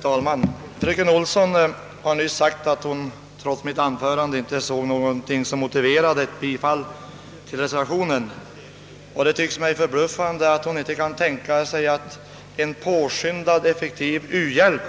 Herr talman! Fröken Olsson har nyss sagt att hon trots mitt anförande inte såg någonting som motiverade bifall till reservationen. Det tycks mig förbluffande att hon inte kan tänka sig att en påskyndad effektiv u-hjälp